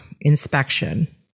inspection